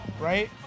right